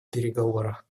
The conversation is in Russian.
переговорах